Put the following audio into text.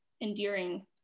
endearing